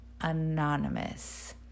anonymous